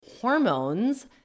hormones